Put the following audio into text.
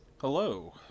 Hello